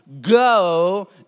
Go